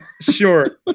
sure